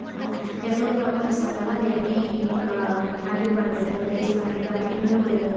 எவ்வளோ ப்ராப்ளம்ஸ் வந்தாலும் அதை எப்படி ஹேண்டில் பண்ணுறது ஃபேஸ் பண்ணுறது அப்படின்ற ஒரு